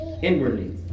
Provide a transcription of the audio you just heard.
Inwardly